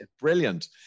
Brilliant